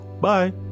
Bye